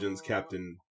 Captain